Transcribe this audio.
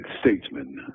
statesman